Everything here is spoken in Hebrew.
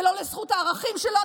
זה לא לזכות הערכים שלנו,